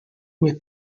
where